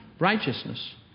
righteousness